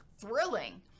thrilling